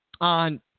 on